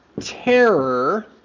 terror